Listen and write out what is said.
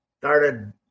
started